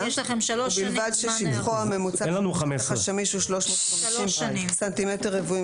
ובלבד ששטחו הממוצע של השטח השמיש הוא 350 סנטימטרים רבועים